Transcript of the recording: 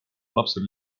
lapsel